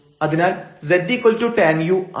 അതിനാൽ ztan u ആണ്